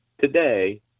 today